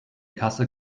kasse